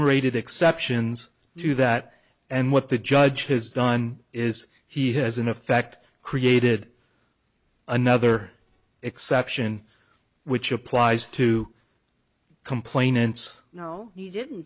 rated exceptions to that and what the judge has done is he has in effect created another exception which applies to complainants no you didn't